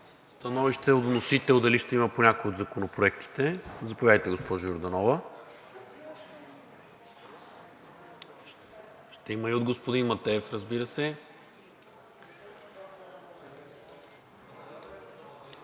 Становище от вносител, дали ще има по някой от законопроектите? Заповядайте, госпожо Йорданова. Ще има и от господин Матеев, разбира се.